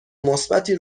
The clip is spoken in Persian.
مثبتی